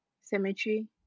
Cemetery